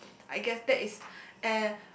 I guess that is a